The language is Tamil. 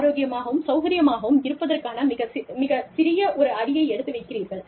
ஆரோக்கியமாகவும் சௌகரியமாகவும் இருப்பதற்கான மிக மிகச்சிறிய ஒரு அடியை எடுத்து வைக்கிறீர்கள்